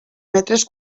metres